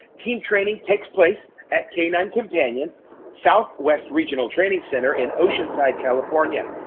team training takes place at canine companion southwest regional training center in oceanside, california.